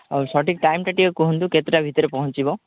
ଆଉ ସଠିକ୍ ଟାଇମ୍ଟା ଟିକେ କୁହନ୍ତୁ କେତେଟା ଭିତରେ ପହଁଞ୍ଚିବ